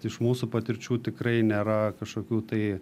iš mūsų patirčių tikrai nėra kažkokių tai